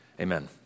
amen